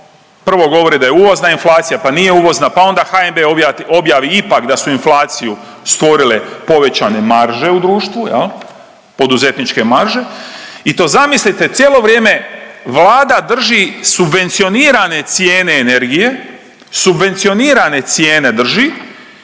prvo govori da je uvozna inflacija, pa nije uvozna, pa onda HNB objavi ipak da su inflaciju stvorile povećane marže u društvu jel, poduzetničke marže i to zamislite cijelo vrijeme Vlada drži subvencionirane cijene energije, subvencionirane cijene drži